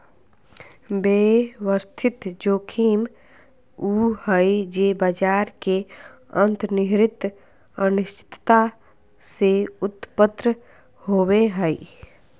व्यवस्थित जोखिम उ हइ जे बाजार के अंतर्निहित अनिश्चितता से उत्पन्न होवो हइ